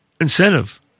incentive